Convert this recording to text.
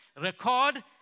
record